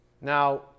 Now